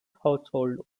household